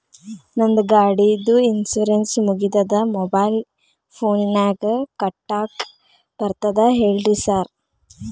ನಂದ್ ಗಾಡಿದು ಇನ್ಶೂರೆನ್ಸ್ ಮುಗಿದದ ಮೊಬೈಲ್ ಫೋನಿನಾಗ್ ಕಟ್ಟಾಕ್ ಬರ್ತದ ಹೇಳ್ರಿ ಸಾರ್?